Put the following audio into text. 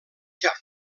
jack